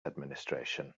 administration